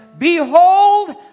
Behold